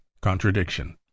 contradiction